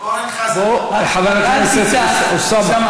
חבר הכנסת אוסאמה,